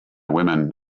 women